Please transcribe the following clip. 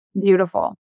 Beautiful